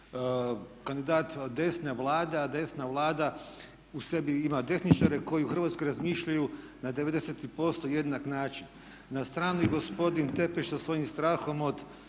kandidat desne Vlade, a desna Vlada u sebi ima desničare koji u Hrvatskoj razmišljaju na 90% jednak način. Na stranu i gospodin Tepeš sa svojim strahom od